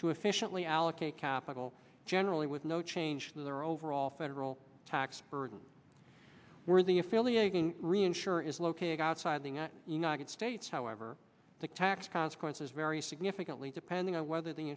to efficiently allocate capital generally with no change to their overall federal tax burden worthy affiliating reinsure is located outside the united states however the tax consequences vary significantly depending on whether the